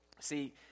See